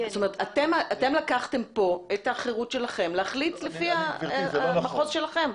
אתם לקחתם כאן את החירות שלכם להחליט לפי המחוז שלכם.